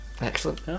Excellent